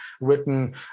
written